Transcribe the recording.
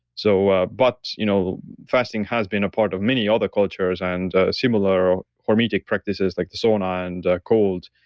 so ah but you know fasting has been a part of many other cultures, and similar hormetic practices like the sauna and cold,